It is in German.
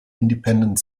independent